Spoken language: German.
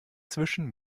zwischen